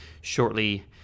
shortly